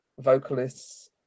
vocalists